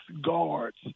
guards